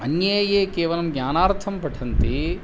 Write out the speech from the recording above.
अन्ये ये केवलं ज्ञानार्थं पठन्ति